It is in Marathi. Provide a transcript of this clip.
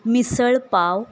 मिसळ पाव